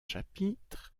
chapitres